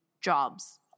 Jobs